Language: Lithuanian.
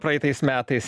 praeitais metais